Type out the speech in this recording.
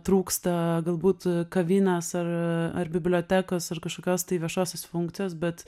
trūksta galbūt kavinės ar ar bibliotekos ar kažokios tai viešosios funkcijos bet